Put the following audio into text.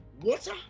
water